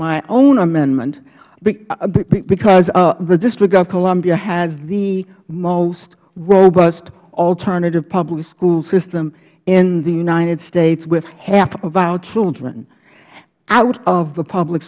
my own amendment because the district of columbia has the most robust alternative public school system in the united states with half of our children out of the public